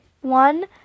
One